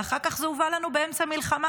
ואחר כך זה הובא לנו באמצע מלחמה,